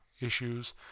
Issues